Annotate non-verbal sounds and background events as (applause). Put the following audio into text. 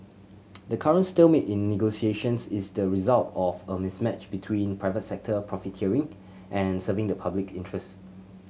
(noise) the current stalemate in negotiations is the result of a mismatch between private sector profiteering and serving the public interest